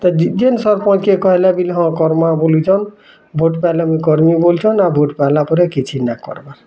ତ ଯିନ୍ ସରପଞ୍ଚ କେ କହିଲେ କି ହଁ କର୍ମା ବୋଲିଛନ୍ ଭୋଟ୍ ପାଇଲେ ମୁଇଁ କର୍ମି ବୋଲଛନ୍ ଆଉ ଭୋଟ୍ ପାଇଇଲା ପରେ କିଛି ନା କର୍ବାର୍